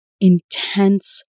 intense